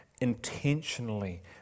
intentionally